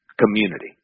community